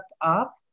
up